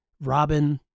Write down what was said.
Robin